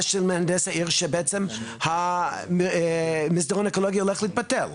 של מהנדס העיר שבעצם המסדרון האקולוגי הולך להתבטל,